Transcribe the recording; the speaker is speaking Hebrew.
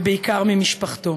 ובעיקר ממשפחתו.